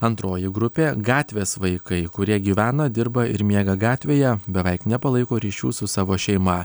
antroji grupė gatvės vaikai kurie gyvena dirba ir miega gatvėje beveik nepalaiko ryšių su savo šeima